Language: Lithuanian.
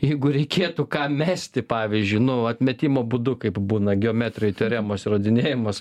jeigu reikėtų ką mesti pavyzdžiui nu atmetimo būdu kaip būna geometrijoj teoremos įrodinėjamos